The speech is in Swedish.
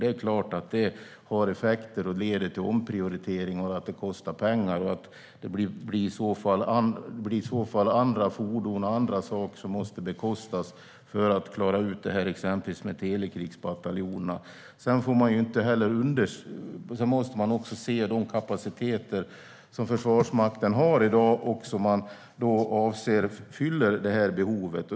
Det är klart att det skulle ha effekter och leda till omprioritering. Det kostar pengar, och i så fall skulle det bli andra fordon och annat som måste bekostas för att klara ut det här exempelvis med telekrigsbataljonerna. Sedan måste man också se de kapaciteter som Försvarsmakten har i dag och som man anser fyller det här behovet.